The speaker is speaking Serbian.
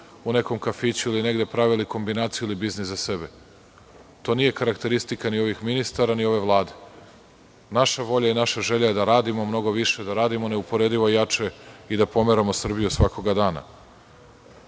u nekom kafiću ili negde pravili kombinaciju ili biznis za sebe. To nije karakteristika ni ovih ministara, ni ove vlade. Naša volja i naša želja je da radimo mnogo više, da radimo neuporedivo jače i da pomeramo Srbiju svakoga dana. Što